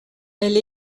elle